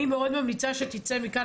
אני מאוד ממליצה שתצא מכאן,